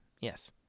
Yes